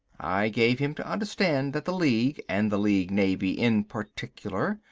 i gave him to understand that the league, and the league navy in particular,